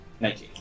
19